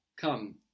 come